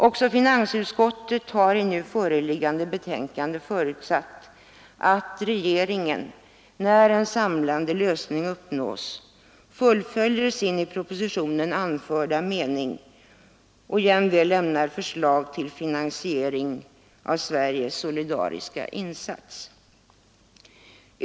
Också finansutskottet har i nu föreliggande betänkande förutsatt att regeringen, när en samlande lösning uppnås, fullföljer sin i propositionen anförda mening och jämväl lämnar förslag till finansieringen av Sveriges solidariska insats.